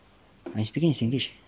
I speaking in singlish